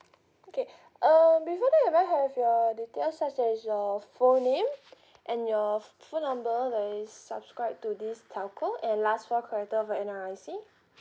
okay um before that may I have your details such as your full name and your phone number where it's subscribed to this telco and last four character of your N_R_I_C